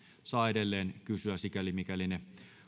saa edelleen kysyä sikäli mikäli ne